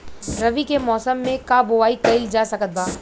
रवि के मौसम में का बोआई कईल जा सकत बा?